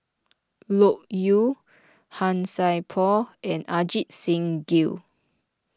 Loke Yew Han Sai Por and Ajit Singh Gill